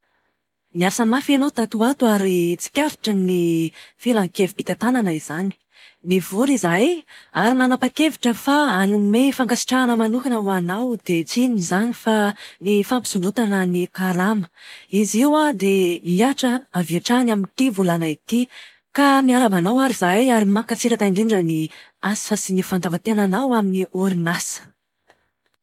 Niasa mafy ianao tato ho ato ary tsikaritry ny filan-kevi-pitantanana izany. Nivory izahay ary nanapa-kevitra fa hanome fankasitrahana manokana ho anao dia tsy inona izany fa ny fampisondrotana ny karama. Izy io an, dia hihatra avy hatrany amin'ity volana ity. Ka miarahaba anao ary izahay, ary mankasitraka indrindra ny asa sy fandavan-tenanao amin'ny orinasa.